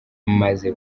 maze